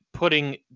Putting